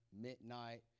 midnight